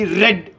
red